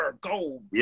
go